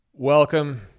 Welcome